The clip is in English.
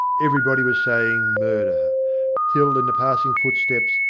everybody was saying murder till in the passing footsteps,